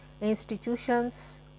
Institutions